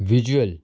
visual